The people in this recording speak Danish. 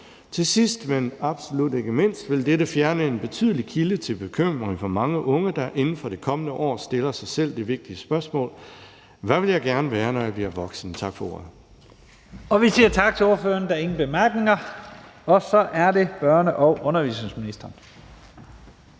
Til sidst, men absolut ikke mindst, vil dette fjerne en betydelig kilde til bekymring for mange unge, der inden for det kommende år stiller sig selv det vigtige spørgsmål: Hvad vil jeg gerne være, når jeg bliver voksen? Tak for ordet. Kl. 12:13 Første næstformand (Leif Lahn Jensen): Vi siger tak til ordføreren. Der er ingen korte bemærkninger. Så er det børne- og undervisningsministeren.